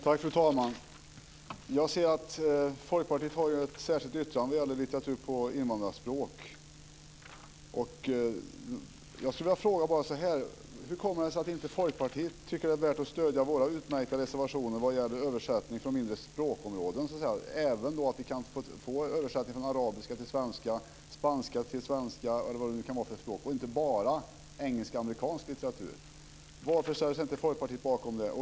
Fru talman! Jag ser att Folkpartiet har gjort ett särskilt yttrande om litteratur på invandrarspråk. Jag skulle vilja fråga: Hur kommer det sig att inte Folkpartiet tycker att det är värt att stödja våra utmärkta reservationer om översättning från mindre språk? Det kan även handla om att få översättning från arabiska till svenska, spanska till svenska osv. - inte bara översättning av engelsk och amerikansk litteratur. Varför ställer sig inte Folkpartiet bakom det?